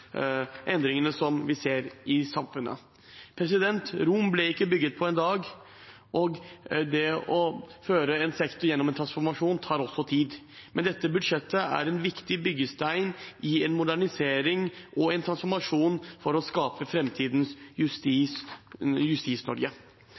endringene vi ser i samfunnet. Rom ble ikke bygget på en dag, og det å føre en sektor gjennom en transformasjon tar også tid. Men dette budsjettet er en viktig byggestein i en modernisering og transformasjon for å skape